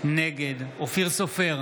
נגד אופיר סופר,